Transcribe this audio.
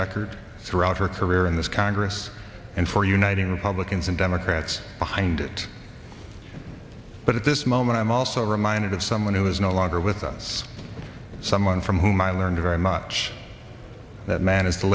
record throughout her career in this congress and for uniting republicans and democrats behind it but at this moment i'm also reminded of someone who is no longer with us someone from whom i learned very much that man